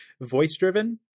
voice-driven